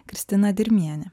kristina dirmienė